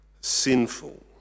sinful